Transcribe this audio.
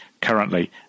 currently